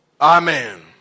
Amen